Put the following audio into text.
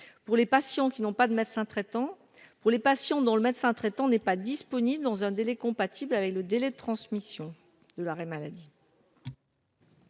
pour les patients qui n'ont pas de médecin traitant pour les patients dont le médecin traitant n'est pas disponible dans un délai compatible avec le délai de transmission de l'arrêt maladie.